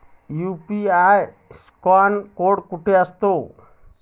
UPI scan code कुठे असतो?